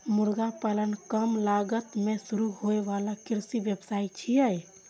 मुर्गी पालन कम लागत मे शुरू होइ बला कृषि व्यवसाय छियै